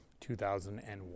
2001